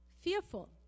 fearful